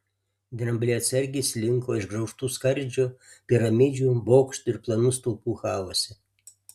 drambliai atsargiai slinko išgraužtų skardžių piramidžių bokštų ir plonų stulpų chaose